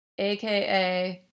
AKA